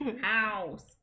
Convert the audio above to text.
house